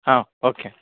okay